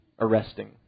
arresting